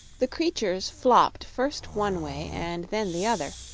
the creatures flopped first one way and then the other,